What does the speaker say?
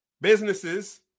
businesses